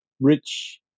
rich